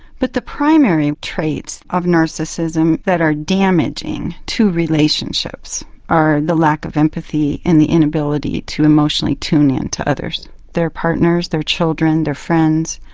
but the primary traits of narcissism that are damaging to relationships are the lack of empathy and the inability to emotionally tune in to others their partners, their children, their friends.